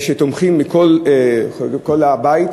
מכל הבית.